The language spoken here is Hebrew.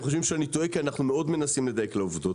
חושבים שאני טועה כי אנחנו מאוד מנסים לדייק בעובדות.